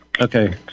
Okay